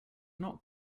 not